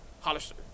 Hollister